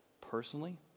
personally